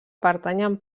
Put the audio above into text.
pertanyen